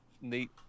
neat